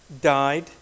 died